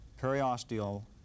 periosteal